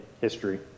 history